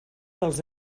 dels